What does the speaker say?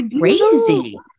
crazy